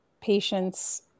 patients